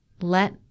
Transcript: let